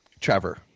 Trevor